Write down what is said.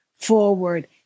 forward